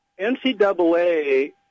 NCAA